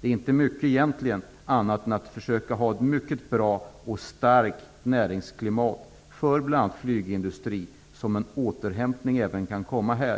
Det är egentligen inte mycket annat att göra än att försöka ha ett mycket bra och starkt näringsklimat bl.a. för flygindustrin. Det är därigenom som en återhämtning kan komma även